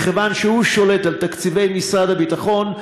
מכיוון שהוא שולט על תקציבי משרד הביטחון,